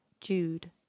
Jude